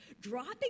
dropping